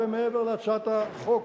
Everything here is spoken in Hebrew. הרבה מעבר להצעת החוק